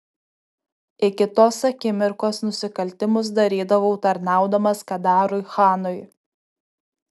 iki tos akimirkos nusikaltimus darydavau tarnaudamas kadarui chanui